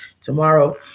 tomorrow